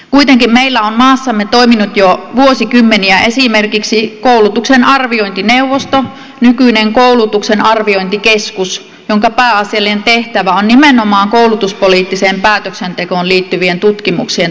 kuitenkin meillä on maassamme toiminut jo vuosikymmeniä esimerkiksi koulutuksen arviointineuvosto nykyinen koulutuksen arviointikeskus jonka pääasiallinen tehtävä on nimenomaan koulutuspoliittiseen päätöksentekoon liittyvien tutkimuksien tuottaminen